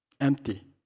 empty